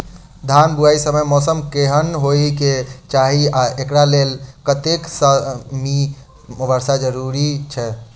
धान बुआई समय मौसम केहन होइ केँ चाहि आ एकरा लेल कतेक सँ मी वर्षा जरूरी छै?